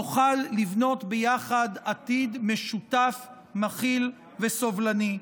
נוכל לבנות ביחד עתיד משותף מכיל וסובלני.